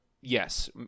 yes